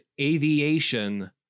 Aviation